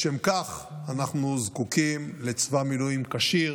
לשם כך אנחנו זקוקים לצבא מילואים כשיר,